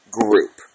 group